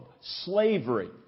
slavery